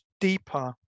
deeper